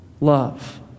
love